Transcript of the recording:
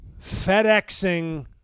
FedExing